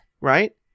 Right